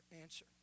answer